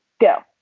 go